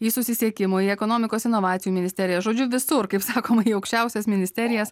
į susisiekimo į ekonomikos inovacijų ministeriją žodžiu visur kaip sakoma į aukščiausias ministerijas